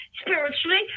spiritually